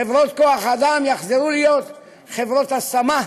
חברות כוח האדם יחזרו להיות חברות השמה,